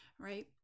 right